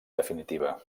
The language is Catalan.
definitiva